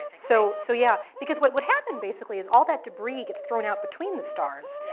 so so yeah, because what what happened, basically, is all that debris gets thrown out between the stars,